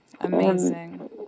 Amazing